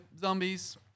zombies